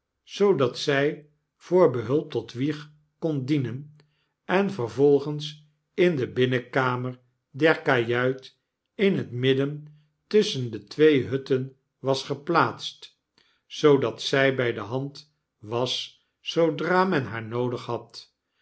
zoodat zy voor behulp tot wieg kon dienen en vervolgens in de binnenkamer der kajuit in het midden tusschen de twee hutten was geplaatst zoodat zy bij de hand was zoodra men haar noodig had